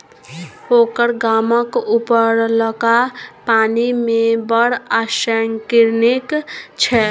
ओकर गामक उपरलका पानि मे बड़ आर्सेनिक छै